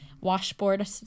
washboard